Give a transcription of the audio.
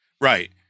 Right